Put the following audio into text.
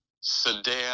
sedan